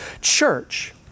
church